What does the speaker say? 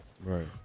right